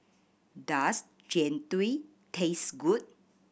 does Jian Dui taste good